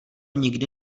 nikdy